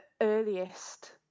earliest